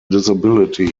disability